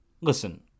Listen